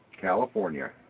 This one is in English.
California